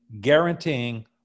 guaranteeing